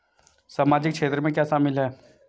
सामाजिक क्षेत्र में क्या शामिल है?